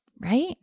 right